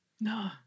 No